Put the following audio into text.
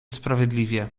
sprawiedliwie